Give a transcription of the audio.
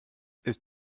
ist